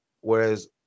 whereas